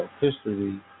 history